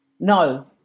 No